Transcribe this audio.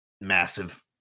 massive